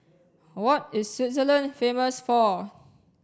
what is Switzerland famous for